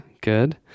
good